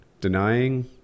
denying